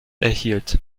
erhielt